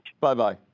Bye-bye